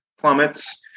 plummets